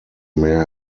mehr